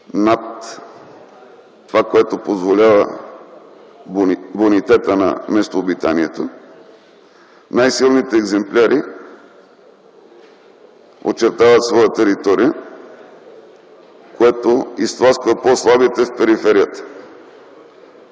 над това, което позволява бонитетът на местообитанието, най-силните екземпляри очертават своя територия, което изтласква по-слабите в периферията.